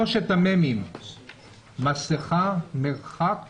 שלושת המ"מים: מסכה, מרחק